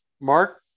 Mark